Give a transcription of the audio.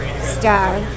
star